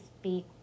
speak